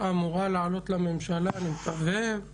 לחזק את העמותות שמספקות סחורה ויודעות לעשות את העבודה בשטח,